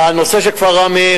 הנושא של כפר ראמה,